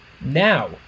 Now